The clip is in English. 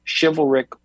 Chivalric